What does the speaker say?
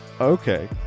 Okay